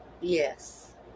Yes